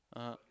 (uh huh)